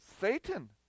Satan